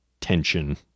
tension